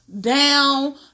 down